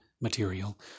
material